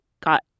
got